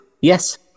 Yes